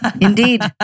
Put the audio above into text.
Indeed